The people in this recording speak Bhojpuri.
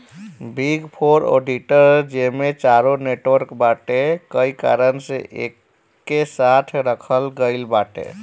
बिग फोर ऑडिटर्स जेमे चारो नेटवर्क बाटे कई कारण से एके साथे रखल गईल बाटे